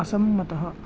असंमतः